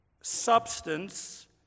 substance